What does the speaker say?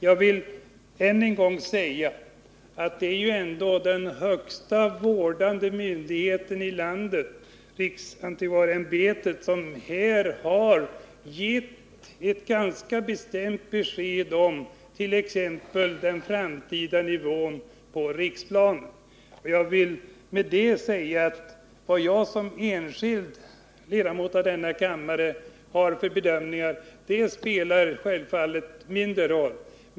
Låt mig än en gång framhålla att det ändå är den högsta vårdande myndigheten i landet, riksantikvarieämbetet, som här har gett ett ganska bestämt besked om t.ex. den framtida nivån på Riksplan. Jag vill med det säga att vad jag som enskild ledamot av denna kammare har för bedömning självfallet spelar mindre roll.